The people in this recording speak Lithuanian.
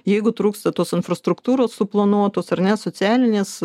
jeigu trūksta tos infrastruktūros suplanuotos ar ne socialinės